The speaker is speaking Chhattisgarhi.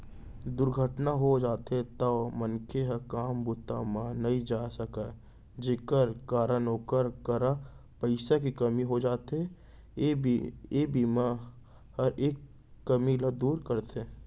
दुरघटना हो जाथे तौ मनसे ह काम बूता म नइ जाय सकय जेकर कारन ओकर करा पइसा के कमी हो जाथे, ए बीमा हर ए कमी ल पूरा करथे